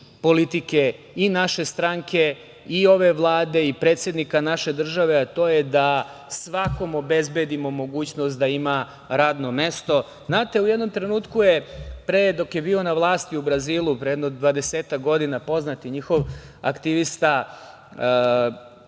politike i naše stranke i ove Vlade i predsednika naše države, a to je da svakom obezbedimo mogućnost da ima radno mesto. Znate, pre dok je bio na vlasti u Brazilu, pre jedno dvadesetak godina, poznati njihov aktivista,